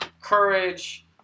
courage